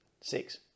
Six